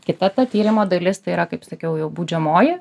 kita ta tyrimo dalis tai yra kaip sakiau jau baudžiamoji